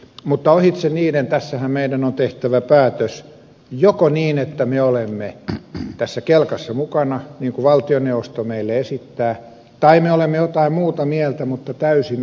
mutta ohitse niiden tässähän meidän on tehtävä päätös joko niin että me olemme tässä kelkassa mukana niin kuin valtioneuvosto meille esittää tai me olemme jotain muuta mieltä mutta täysin asiapohjalta